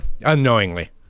unknowingly